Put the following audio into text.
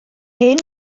hen